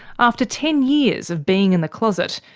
after ten years of being in the closet,